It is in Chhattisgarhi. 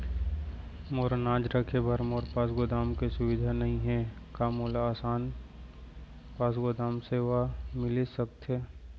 मोर अनाज रखे बर मोर पास गोदाम के सुविधा नई हे का मोला आसान पास गोदाम सेवा मिलिस सकथे?